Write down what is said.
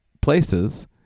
places